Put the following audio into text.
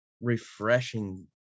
refreshing